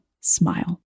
smile